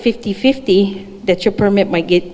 fifty fifty that you permit might get